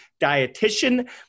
dietitian